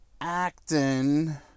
acting